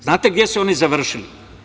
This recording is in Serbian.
Znate gde su oni završili?